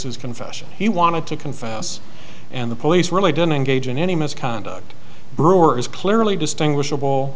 his confession he wanted to confess and the police really don't engage in any misconduct brewer is clearly